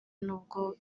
n’ubwo